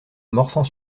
morsang